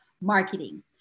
marketing